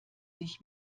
sich